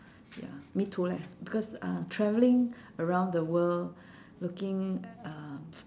ya me too leh because uh traveling around the world looking um